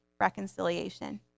reconciliation